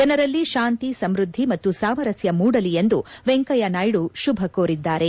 ಜನರಲ್ಲಿ ಶಾಂತಿ ಸಮೃದ್ದಿ ಮತ್ತು ಸಾಮರಸ್ಕ ಮೂಡಲಿ ಎಂದು ವೆಂಕಯ್ಣನಾಯ್ಡು ಶುಭ ಕೋರಿದ್ದಾರೆ